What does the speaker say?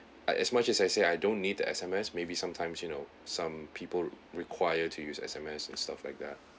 as much as I say I don't need the S_M_S maybe sometimes you know some people require to use S_M_S and stuff like that